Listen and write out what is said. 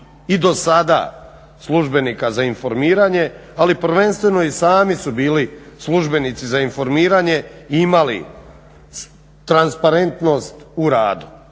i do sada službenika za informiranje, ali prvenstveno i sami su bili službenici za informiranje i imali transparentnost u radu